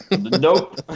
Nope